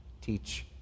teach